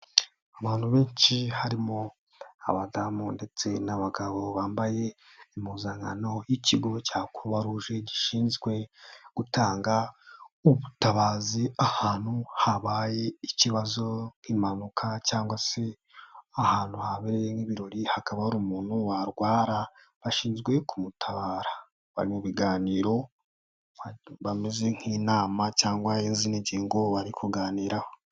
Abantu benshi harimo abadamu ndetse n'abagabo bambaye impuzankano y'ikigo cya Croix Rouge gishinzwe gutanga ubutabazi ahantu habaye ikibazo nk'impanuka cyangwa se ahantu habereye nk'ibirori hakaba hari umuntu warrwara bashinzwe kumutabara, bari mu biganiro bameze nk'inama cyangwa izindi ngingo bari kuganiraho.